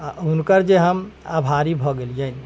आ हुनकर जे हम आभारी भऽ गेलियनि